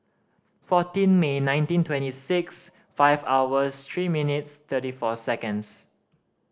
fourteen May nineteen twenty six five hours three minutes thirty four seconds